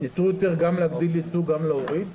יותר יצור יביא גם להגדלת ייצוא וגם --- וחלק